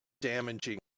damaging